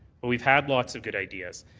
but we've had lots of good ideas,